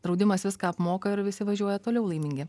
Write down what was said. draudimas viską apmoka ir visi važiuoja toliau laimingi